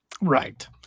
Right